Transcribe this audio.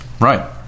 Right